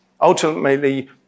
ultimately